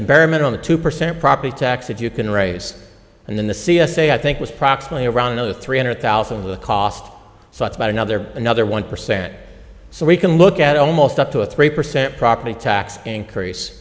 environment on the two percent property taxes you can raise and then the c s a i think was proximately around another three hundred thousand of the cost so it's about another another one percent so we can look at almost up to a three percent property tax increase